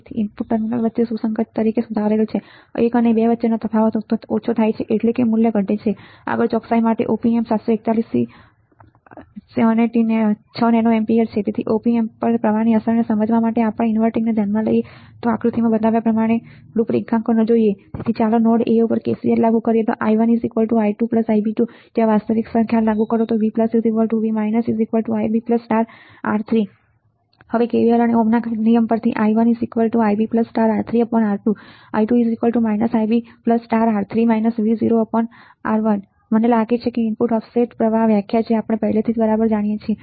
બે input terminal વચ્ચે સુસંગત તરીકે સુધારેલ છે 1 અને 12 વચ્ચેનો તફાવત ઓછો થાય છે એટલે કે I મૂલ્ય ઘટે છે આગળ ચોકસાઇ માટે OPAMP 741C T 6 nA છે • ઓપ એમ્પ પર પ્રવાહની અસરને સમજવા માટે ચાલો ઇન્વર્ટિંગને ધ્યાનમાં લઈએ આકૃતિમાં બતાવ્યા પ્રમાણે રૂપરેખાંકનો ચાલો નોડ A પર KCL લાગુ કરીએ I1 I2IB2 જ્યાં વાસ્તવિક સ્તર ખ્યાલ લાગુ કરો VV Ib R3 તેથી KVL અને ઓહ્મના કાયદામાંથી I1 Ib R3R1 I2 Ib R3 V0R1 મને લાગે છે કે ઇનપુટ ઓફસેટ પ્રવાહ વ્યાખ્યા જે આપણે પહેલાથી જ બરાબર જાણીએ છીએ